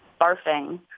barfing